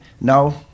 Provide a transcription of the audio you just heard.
no